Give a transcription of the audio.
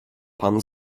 pan